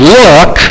look